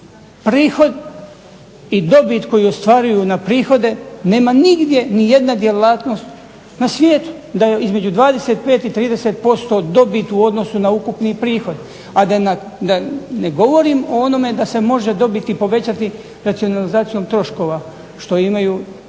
Prihod i dobit koju ostvaruju na prihode nema nigdje ni jedna djelatnost na svijetu da je između 25 i 30% dobit u odnosu na ukupni prihod, a da ne govorim o onome da se može dobit i povećati racionalizacijom troškova što imaju i